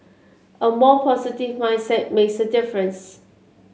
a more positive mindset makes a difference